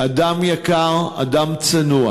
אדם יקר, אדם צנוע.